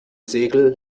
segel